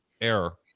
error